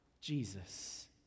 Jesus